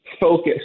focus